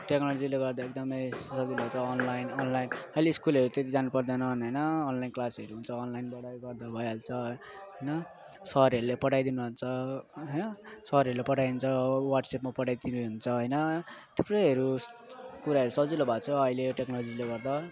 टेक्नोलजीले गर्दा एकदमै सजिलो हुन्छ अनलाइन अनलाइन अहिले स्कुलहरू त्यति जानुपर्दैन होइन अनलाइन क्लासहरू हुन्छ अनलाइन पढाइ गर्दा भइहाल्छ होइन सरहरूले पढाइदिनु हुन्छ होइन सरहरूले पढाइन्छ वाट्सएपमा पढाइदिनु हुन्छ होइन थुप्रैहरू कुराहरू सजिलो भएको छ अहिले टेक्नोलोजीले गर्दा